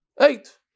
Eight